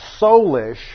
soulish